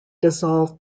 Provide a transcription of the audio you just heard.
dissolved